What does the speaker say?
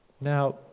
Now